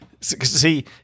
See